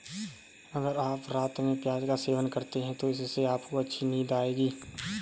अगर आप रात में प्याज का सेवन करते हैं तो इससे आपको अच्छी नींद आएगी